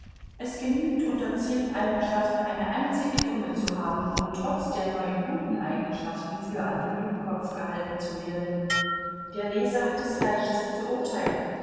es genügt unter zehn eigenschaften eine einzige dumme zu haben um trotz der neun guten eigenschaften für einen dummkopf gehalten zu werden der leser hat es leicht zu urteilen